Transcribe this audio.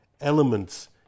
elements